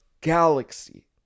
galaxy